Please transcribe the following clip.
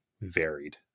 varied